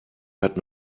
hat